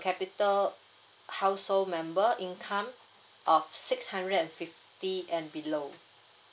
capital household member income of six hundred and fifty and below